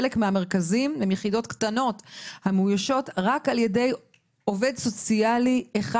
חלק מהמרכזים הן יחידות קטנות המאוישות רק על ידי עובד סוציאלי אחד,